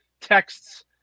texts